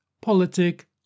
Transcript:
politic